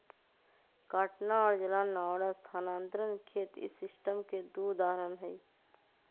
काटना और जलाना और स्थानांतरण खेत इस सिस्टम के दु उदाहरण हई